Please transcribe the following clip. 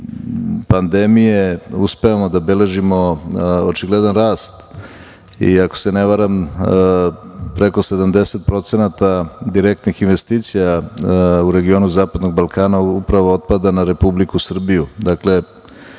uspevamo da beležimo očigledan rast i ako se ne varam preko 70% direktnih investicija u regionu zapadnog Balkana upravo otpada na Republiku Srbiju. Dakle,